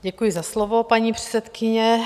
Děkuji za slovo, paní předsedkyně.